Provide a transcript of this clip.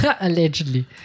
Allegedly